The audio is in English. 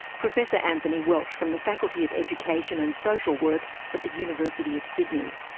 professor anthony welch from the faculty of education and social work at the university of sydney.